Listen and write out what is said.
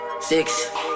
six